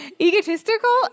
Egotistical